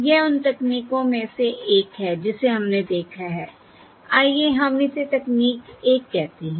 यह उन तकनीकों में से एक है जिसे हमने देखा है आइए हम इसे तकनीकी 1 कहते हैं